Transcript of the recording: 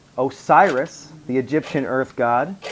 osiris, the egyptian earth god,